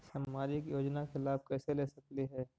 सामाजिक योजना के लाभ कैसे ले सकली हे?